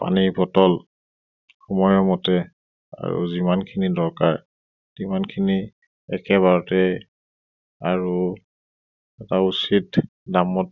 পানীৰ বটল সময়মতে আৰু যিমানখিনি দৰকাৰ সিমানখিনি একেবাৰতেই আৰু এটা উচিত দামত